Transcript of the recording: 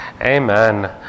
Amen